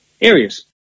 areas